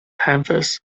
panthers